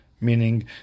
meaning